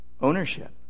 ownership